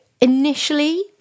initially